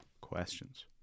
questions